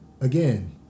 again